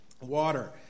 Water